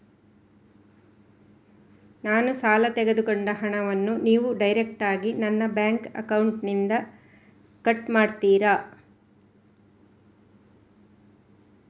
ನಾನು ಸಾಲ ತೆಗೆದುಕೊಂಡ ಹಣವನ್ನು ನೀವು ಡೈರೆಕ್ಟಾಗಿ ನನ್ನ ಬ್ಯಾಂಕ್ ಅಕೌಂಟ್ ಇಂದ ಕಟ್ ಮಾಡ್ತೀರಾ?